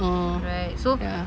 orh ya